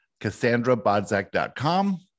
CassandraBodzak.com